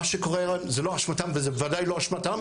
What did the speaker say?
מה שקורה זה לא אשמתם וזה בוודאי לא אשמתם.